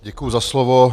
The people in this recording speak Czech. Děkuji za slovo.